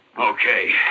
Okay